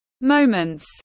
moments